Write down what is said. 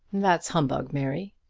that's humbug, mary.